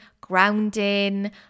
grounding